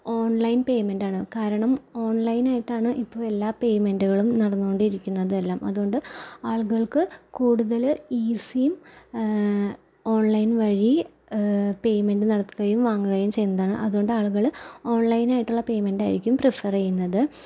online പേയ്മെൻറ്റാണ് കാരണം ഓൺലൈനായിട്ടാണ് ഇപ്പോൾ എല്ലാ പേയ്മെൻറ്റുകളും നടന്നുകൊണ്ടിരിക്കുന്നതെല്ലാം അത്കൊണ്ട് ആളുക്കൾക്ക് കൂടുതല് ഈസിയും ഓൺലൈൻ വഴി പേയ്മെൻറ്റ് നടത്തുകയും വാങ്ങുകയും ചെയ്യുന്നതാണ് അതുകൊണ്ട് ആളുകള് ഓൺലൈനായിട്ടുള്ള പേയ്മെൻറ്റായിരിക്കും പ്രിഫറെയ്യുന്നത്